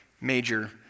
major